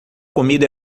comida